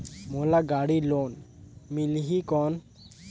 मोला गाड़ी लोन मिलही कौन?